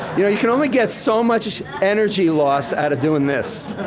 you know, you can only get so much energy loss out of doing this.